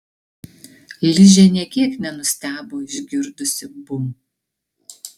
ližė nė kiek nenustebo išgirdusi bum